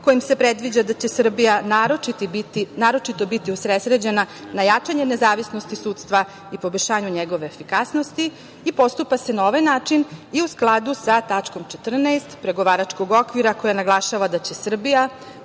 kojim se predviđa da će Srbija naročito biti usredsređena na jačanje nezavisnosti sudstva i poboljšanje njegove efikasnosti. Postupa se na ovaj način i u skladu sa tačkom 14. pregovaračkog okvira koji naglašava da će Srbija